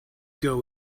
girl